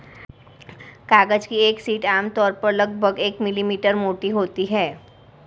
कागज की एक शीट आमतौर पर लगभग एक मिलीमीटर मोटी होती है